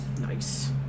Nice